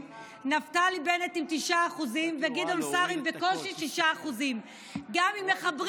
נפתלי בנט עם 9% וגדעון סער עם בקושי 6%. גם אם מחברים